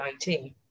2019